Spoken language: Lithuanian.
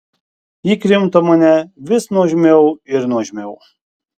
ji krimto mane vis nuožmiau ir nuožmiau